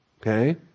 Okay